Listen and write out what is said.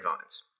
vines